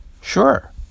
sure